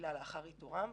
בקהילה לאחר איתורם,